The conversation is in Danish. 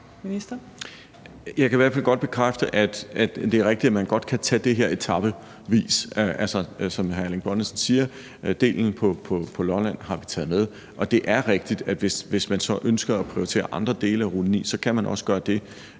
Jeg kan i hvert fald godt bekræfte, at det er rigtigt, at man godt kan tage det her etapevis. Som hr. Erling Bonnesen siger, har vi taget delen på Lolland med, og det er rigtigt, at hvis man så ønsker at prioritere andre dele af rute 9, kan man også gøre det.